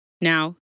Now